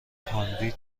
هانوی